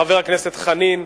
חבר הכנסת חנין.